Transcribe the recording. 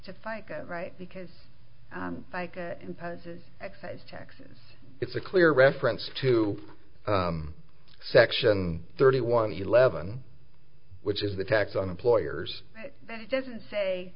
to fica right because fica imposes excise taxes it's a clear reference to section thirty one eleven which is the tax on employers that it doesn't say